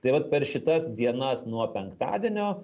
tai vat per šitas dienas nuo penktadienio